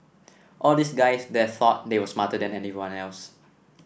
all the guys there thought they were smarter than everyone else